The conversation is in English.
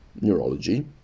Neurology